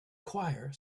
choir